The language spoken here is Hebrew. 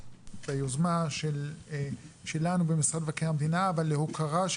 ליוזמה שלנו במשרד מבקר המדינה ולהוקרה של